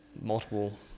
multiple